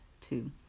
two